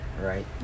right